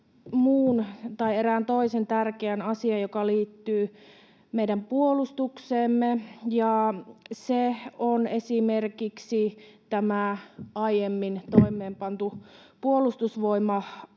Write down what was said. erään toisen tärkeän asian, joka liittyy meidän puolustukseemme, ja se on esimerkiksi tämä aiemmin toimeenpantu puolustusvoimauudistus